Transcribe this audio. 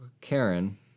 Karen